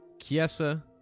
Kiesa